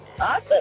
awesome